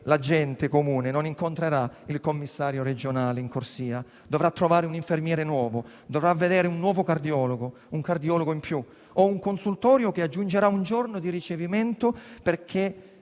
La gente comune in corsia non incontrerà il commissario regionale, ma dovrà trovare un infermiere nuovo, dovrà vedere un cardiologo in più o un consultorio che aggiunge un giorno di ricevimento, perché